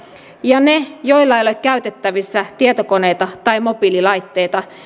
ja ne joilla ei ole käytettävissä tietokoneita tai mobiililaitteita